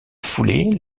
foulée